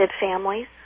families